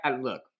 Look